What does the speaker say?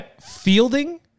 fielding